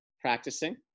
practicing